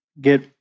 get